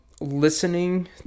Listening